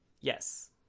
Yes